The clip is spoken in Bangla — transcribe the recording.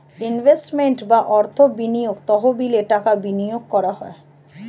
ইনভেস্টমেন্ট বা অর্থ বিনিয়োগ তহবিলে টাকা বিনিয়োগ করা হয়